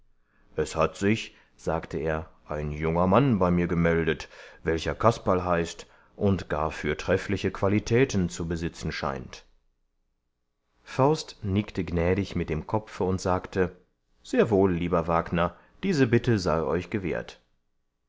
es hat sich sagte er ein junger mann bei mir gemeldet welcher kasperl heißt und gar fürtreffliche qualitäten zu besitzen scheint faust nickte gnädig mit dem kopfe und sagte sehr wohl lieber wagner diese bitte sei euch gewährt